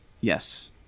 Yes